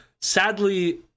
sadly